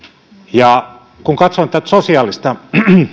ja kun katsoin sosiaalista